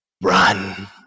Run